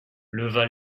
leva